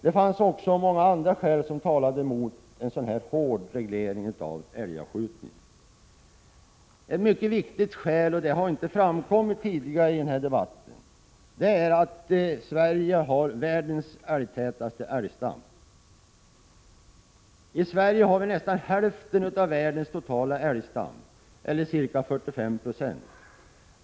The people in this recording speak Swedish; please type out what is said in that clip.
Det fanns också många andra skäl som talade emot en sådan här hård reglering av älgavskjutningen. Ett mycket viktigt skäl — som inte framkommit tidigare i debatten — är att Sverige är älgtätast i världen. I Sverige har vi nästan hälften av världens totala älgstam, ca 45 Je.